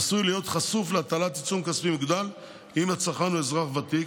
עשוי להיות חשוף להטלת עיצום כספי מוגדל אם הצרכן הוא אזרח ותיק,